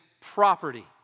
property